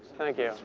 thank you.